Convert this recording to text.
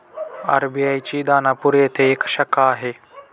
RBI ची दानापूर येथे एक शाखा आहे